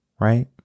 right